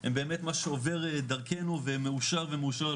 הם באמת מה שעובר דרכנו ומאושר ומאושרר